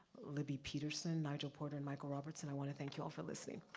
libby peterson, nijeul porter and michael robertson, i wanna thank you all for listening.